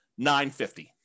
950